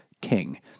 king